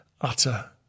utter